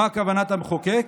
מה כוונת המחוקק,